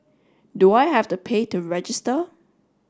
do I have to pay to register